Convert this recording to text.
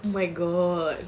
oh my god